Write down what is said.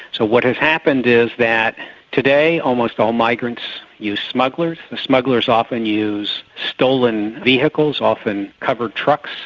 so what has happened is that today almost all migrants use smugglers, the smugglers often use stolen vehicles, often covered trucks.